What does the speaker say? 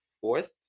fourth